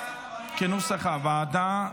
כנוסח הוועדה.